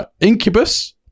Incubus